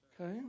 Okay